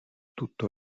tutto